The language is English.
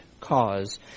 cause